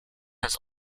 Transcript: has